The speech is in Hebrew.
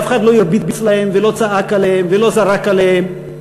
ואף אחד לא הרביץ להם ולא צעק עליהם ולא זרק עליהם.